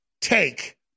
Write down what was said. take